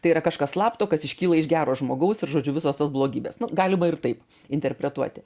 tai yra kažkas slapto kas iškyla iš gero žmogaus ir žodžiu visos tos blogybės galima ir taip interpretuoti